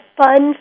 fun